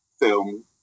film